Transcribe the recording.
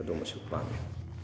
ꯑꯗꯨꯃꯁꯨ ꯄꯥꯝꯃꯤ